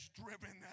driven